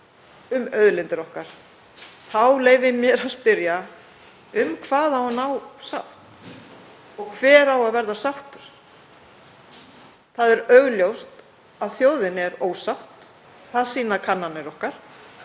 um auðlindir okkar leyfi ég mér að spyrja: Um hvað á að ná sátt og hver á að verða sáttur? Það er augljóst að þjóðin er ósátt, það sýna kannanir okkur.